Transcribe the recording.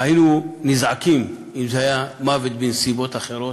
היו נזעקים אם זה היה מוות בנסיבות אחרות,